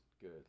good